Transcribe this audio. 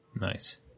Nice